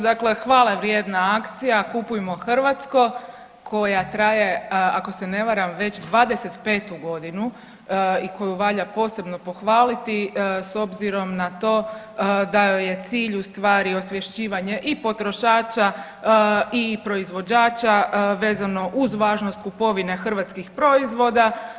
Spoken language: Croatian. Dakle, hvale vrijedna akcija Kupujmo hrvatsko, koja traje, ako se ne varam, već dvadesetpetu godinu i koju valja posebno pohvaliti s obzirom na to da joj cilj u stvari osvješćivanje i potrošača i proizvođača, vezano uz važnost kupovine hrvatskih proizvoda.